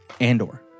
Andor